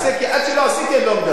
כי עד שלא עשיתי אני לא מדבר.